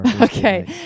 Okay